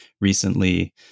recently